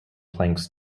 planks